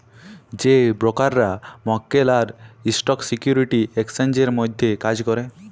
যে ব্রকাররা মক্কেল আর স্টক সিকিউরিটি এক্সচেঞ্জের মধ্যে কাজ ক্যরে